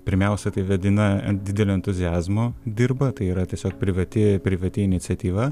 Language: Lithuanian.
pirmiausia tai vedina didelio entuziazmo dirba tai yra tiesiog privati privati iniciatyva